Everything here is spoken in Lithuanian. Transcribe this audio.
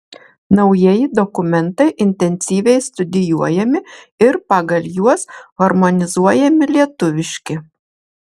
naujieji dokumentai intensyviai studijuojami ir pagal juos harmonizuojami lietuviški